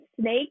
snake